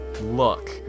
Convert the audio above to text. look